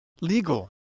legal